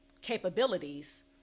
capabilities